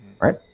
right